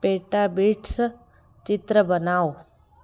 PETA bits चित्र बनाओ